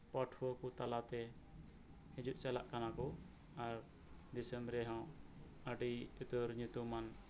ᱯᱟᱹᱴᱷᱣᱟᱹ ᱠᱚ ᱛᱟᱞᱟᱛᱮ ᱦᱤᱡᱩᱜ ᱪᱟᱞᱟᱜ ᱠᱟᱱᱟᱠᱚ ᱟᱨ ᱫᱤᱥᱚᱢ ᱨᱮᱦᱚᱸ ᱟᱹᱰᱤ ᱩᱛᱟᱹᱨ ᱧᱩᱛᱩᱢᱟᱱ